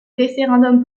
référendum